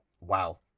wow